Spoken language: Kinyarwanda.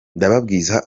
ndababwiza